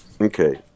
okay